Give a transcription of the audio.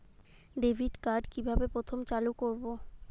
Debit card কিভাবে প্রথমে চালু করব?